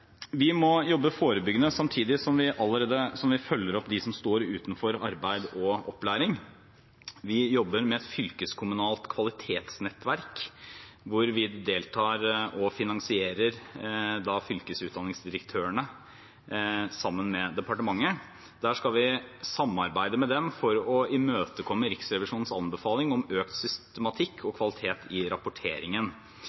Vi må jobbe forebyggende samtidig som vi følger opp dem som står utenfor arbeid og opplæring. Vi jobber med Fylkeskommunalt kvalitetsnettverk, hvor vi deltar og finansierer fylkesutdanningsdirektørene sammen med departementet. Der skal vi samarbeide med dem for å imøtekomme Riksrevisjonens anbefaling om økt systematikk og